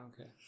Okay